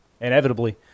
Inevitably